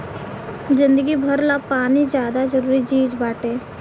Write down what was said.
जिंदगी भर ला पानी ज्यादे जरूरी चीज़ बाटे